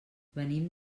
venim